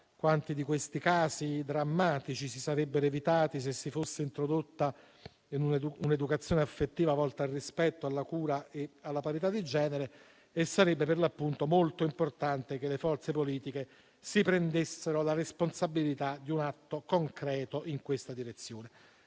quanti di questi casi drammatici si sarebbero evitati se si fosse introdotta un'educazione affettiva volta al rispetto, alla cura e alla parità di genere. Sarebbe per l'appunto molto importante che le forze politiche si prendessero la responsabilità di un atto concreto in questa direzione.